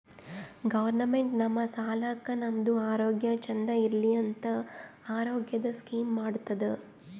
government ನಮ್ ಸಲಾಕ್ ನಮ್ದು ಆರೋಗ್ಯ ಚಂದ್ ಇರ್ಲಿ ಅಂತ ಆರೋಗ್ಯದ್ ಸ್ಕೀಮ್ ಮಾಡ್ತುದ್